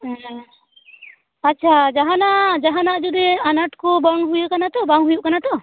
ᱦᱮᱸ ᱟᱪᱪᱷᱟ ᱡᱟᱦᱟᱱᱟᱜ ᱡᱟᱦᱟᱱᱟᱜ ᱡᱩᱫᱤ ᱟᱱᱟᱴ ᱠᱚ ᱵᱟᱝ ᱦᱩᱭ ᱟᱠᱟᱱᱟ ᱛᱚ ᱵᱟᱝ ᱦᱩᱭᱩᱜ ᱠᱟᱱᱟ ᱛᱚ